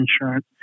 insurance